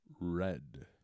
Red